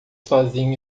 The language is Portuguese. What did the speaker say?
sozinho